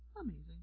amazing